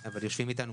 היושבת-ראש,